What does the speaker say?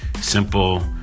Simple